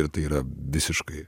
ir tai yra visiškai